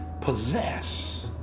possess